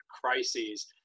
crises